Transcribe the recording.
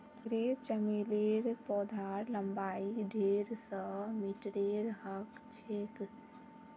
crepe चमेलीर पौधार लम्बाई डेढ़ स दी मीटरेर ह छेक